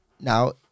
Now